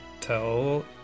tell